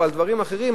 או על דברים אחרים,